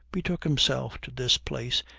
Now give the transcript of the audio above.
betook himself to this place,